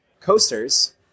coasters